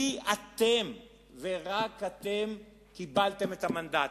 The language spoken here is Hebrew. כי אתם ורק אתם קיבלתם את המנדט.